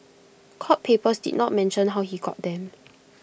court papers did not mention how he got them